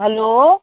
hello